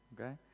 Okay